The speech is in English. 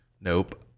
Nope